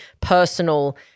personal